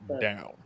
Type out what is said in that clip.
down